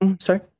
Sorry